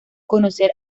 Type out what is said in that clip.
conocer